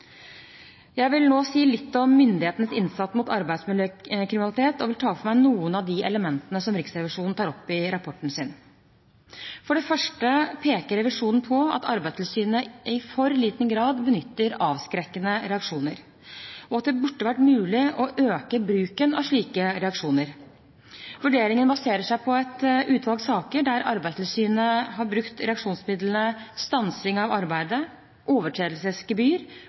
Jeg vil nå si litt om myndighetenes innsats mot arbeidsmiljøkriminalitet og vil ta for meg noen av de elementene som Riksrevisjonen tar opp i rapporten sin. For det første peker revisjonen på at Arbeidstilsynet i for liten grad benytter avskrekkende reaksjoner, og at det burde være mulig å øke bruken av slike reaksjoner. Vurderingen baserer seg på et utvalg saker der Arbeidstilsynet har brukt reaksjonsmidlene stansing av arbeidet, overtredelsesgebyr